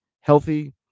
healthy